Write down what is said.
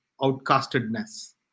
outcastedness